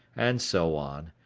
and so on,